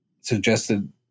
suggested